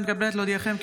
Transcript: אני מתכבדת להודיעכם,